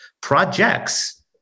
projects